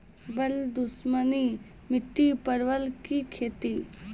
बल दुश्मनी मिट्टी परवल की खेती?